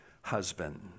husband